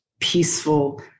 peaceful